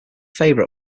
favourite